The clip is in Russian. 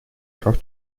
прав